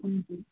हुन्छ